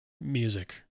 music